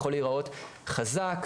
יכול להראות חזק,